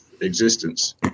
existence